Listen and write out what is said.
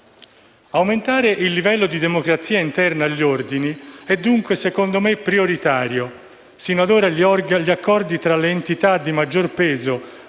Aumentare il livello di democrazia interno agli Ordini è dunque, secondo me, prioritario. Sino ad ora gli accordi tra le entità di maggior peso